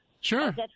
Sure